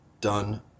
done